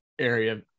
area